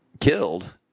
killed